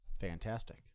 Fantastic